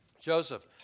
Joseph